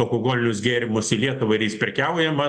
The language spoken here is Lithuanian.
alkoholinius gėrimus į lietuvą ir jais prekiaujama